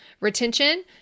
Retention